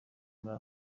muri